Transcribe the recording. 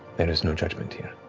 there is no judgment here.